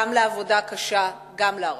גם לעבודה קשה וגם לערכים,